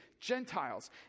Gentiles